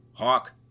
Hawk